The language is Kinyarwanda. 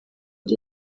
ari